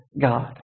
God